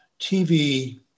TV